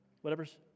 whatever's